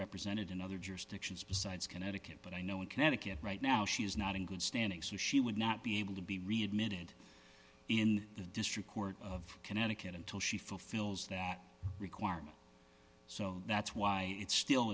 represented in other jurisdictions besides connecticut but i know in connecticut right now she is not in good standing so she would not be able to be readmitted in the district court of connecticut until she fulfills that requirement so that's why it's still